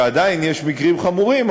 ועדיין יש מקרים חמורים,